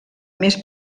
més